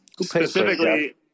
Specifically